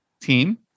team